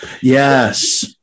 Yes